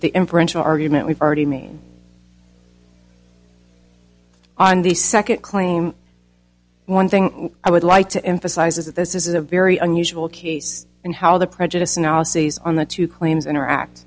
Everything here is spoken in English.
the impression argument we've already mean on the second claim one thing i would like to emphasize is that this is a very unusual case and how the prejudiced analyses on the two claims interact